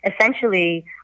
essentially